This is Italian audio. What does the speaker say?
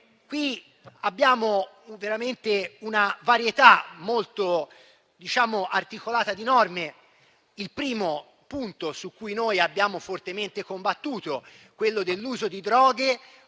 Abbiamo veramente una varietà molto articolata di norme. Il primo punto, su cui abbiamo fortemente combattuto, è quello che riguarda l'uso di droghe